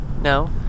No